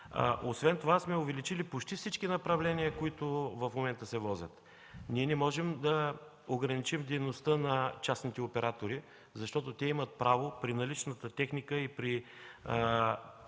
Освен това сме увеличили почти всички направления, по които в момента се возят. Ние не можем да ограничим дейността на частните оператори, защото те имат право при наличната техника и при